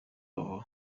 wabo